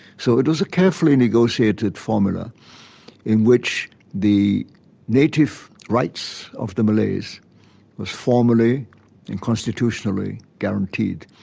so it was a carefully negotiated formula in which the native rights of the malays was formally and constitutionally guaranteed.